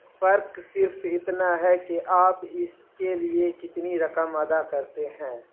فرق صرف اتنا ہے کہ آپ اس کے لیے کتنی رقم ادا کرتے ہیں